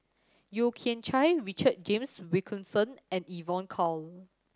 Yeo Kian Chye Richard James Wilkinson and Evon Kow